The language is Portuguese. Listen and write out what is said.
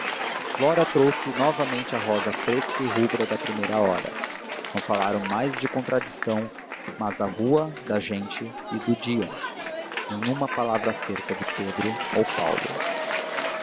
flora trouxe novamente a rosa fresca e rubra da primeira hora não falaram mais de contradição mas da rua da gente e do dia nenhuma palavra acerca de pedro ou paulo